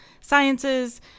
sciences